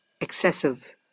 excessive